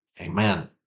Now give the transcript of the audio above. amen